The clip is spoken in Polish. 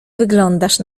wyglądasz